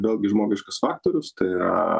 vėlgi žmogiškas faktorius tai yra